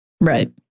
Right